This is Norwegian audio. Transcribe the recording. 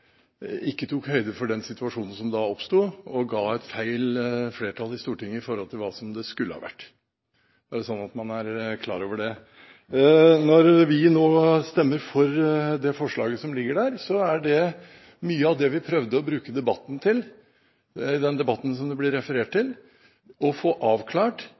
ikke tok høyde for den situasjonen som da oppsto og ga et feil flertall i Stortinget, sammenlignet med hva det skulle vært – sånn at man er klar over det. Når vi nå stemmer for det forslaget som ligger i innstillingen, er det mye på grunn av det vi prøvde å bruke den debatten som det ble referert til, til, nemlig å få avklart